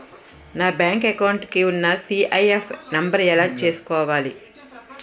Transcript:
నా bank account కి ఉన్న సి.ఐ.ఎఫ్ నంబర్ ఎలా చూసుకోవాలి?